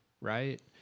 right